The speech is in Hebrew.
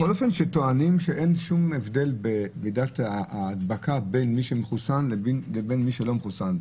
טוענים שאין שום הבדל במידת ההדבקה בין מי שמחוסן לבין מי שלא מחוסן.